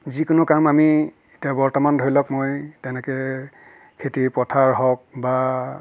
যিকোনো কাম আমি এতিয়া বৰ্তমান ধৰি লওক মই তেনেকৈ খেতি পথাৰ হওক বা